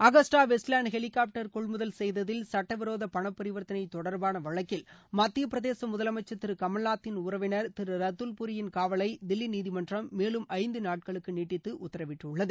Agusta Westland helicopter கொள்முதல் செய்ததில் சட்டவிரோத பன பரிவர்த்தனை தொடர்பான வழக்கில் மத்திய பிரதேச முதலமைச்சர் திரு கமல்நாத்தின் உறவினர் திரு ரத்துல்பூரியின் காவலை தில்லி நீதிமன்றம் மேலும் ஐந்து நாட்களுக்கு நீட்டித்து உத்தரவிட்டுள்ளது